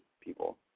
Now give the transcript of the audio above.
people